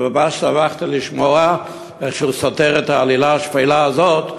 אני ממש שמחתי לשמוע איך הוא סותר את העלילה השפלה הזאת.